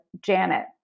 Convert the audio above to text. Janet